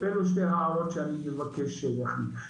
אלו שתי ההערות שאני מבקש להכניס,